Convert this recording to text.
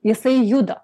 jisai juda